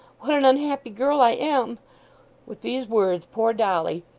what an unhappy girl i am with these words poor dolly,